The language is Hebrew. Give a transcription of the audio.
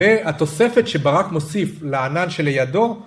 והתוספת שברק מוסיף לענן שלידו